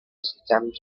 stamped